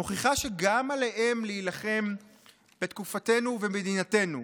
"מוכיחה שגם עליהם יש להילחם בתקופתנו ובמדינתנו.